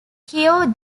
cure